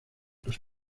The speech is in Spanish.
los